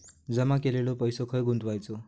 जमा केलेलो पैसो खय गुंतवायचो?